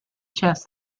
chess